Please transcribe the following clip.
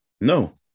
no